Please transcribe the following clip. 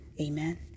amen